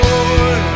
Lord